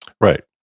Right